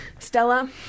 Stella